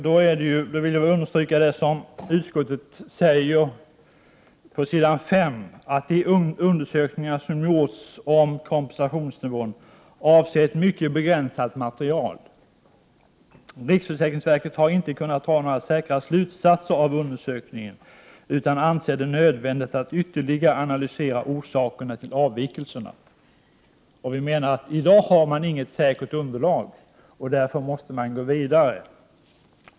Jag vill understryka det som utskottet säger på s. 5, nämligen att ”de undersökningar som hittills gjorts av kompensationsnivån vid kortare sjukfall avser ett mycket begränsat material”. Och vidare: ”Riksförsäkringsverket har inte kunnat dra några säkra slutsatser av undersökningen utan ansett det nödvändigt att ytterligare analysera orsakerna till kompensationseffekterna.” Vi menar att det i dag inte finns något säkert underlag, och därför måste man gå vidare.